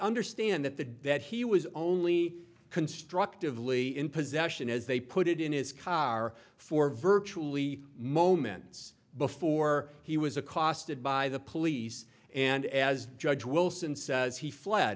understand that the that he was only constructively in possession as they put it in his car for virtually moments before he was accosted by the police and as judge wilson says he fled